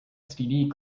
std